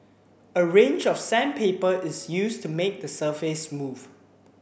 a range of sandpaper is used to make the surface smooth